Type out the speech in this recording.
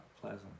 pleasant